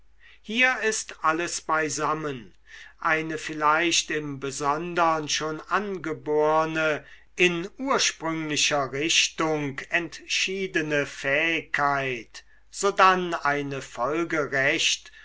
hier ist alles beisammen eine vielleicht im besondern schon angeborne in ursprünglicher richtung entschiedene fähigkeit sodann eine folgerecht